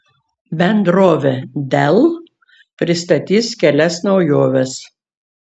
bendrovė dell pristatys kelias naujoves